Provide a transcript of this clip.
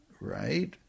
Right